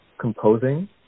composing